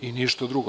I ništa drugo.